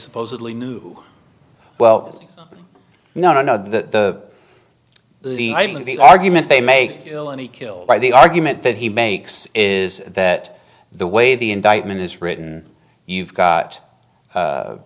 supposedly knew well no no the i mean the argument they make ill and he killed by the argument that he makes is that the way the indictment is written you've got